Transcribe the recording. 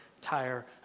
tire